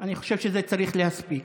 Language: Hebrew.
אני חושב שזה צריך להספיק.